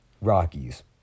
Rockies